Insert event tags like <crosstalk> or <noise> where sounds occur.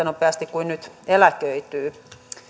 <unintelligible> nopeasti kuin nyt eläköityy